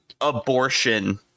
abortion